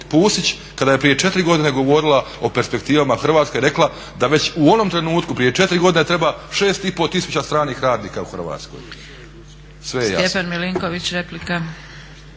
Pusić kada je prije 4 godine govorila o perspektivama Hrvatske i rekla da već u onom trenutku prije 4 godine treba 6,5 tisuća stranih radnika u Hrvatskoj. Sve je jasno.